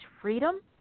freedom